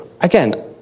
Again